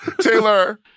Taylor